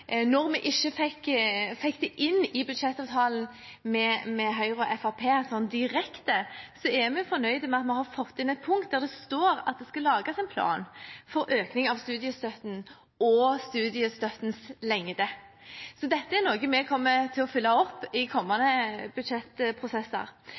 vi fornøyde med at vi har fått inn et punkt, der det står at det skal lages en plan for økning av studiestøtten og studiestøttens lengde. Så dette er noe vi kommer til å følge opp i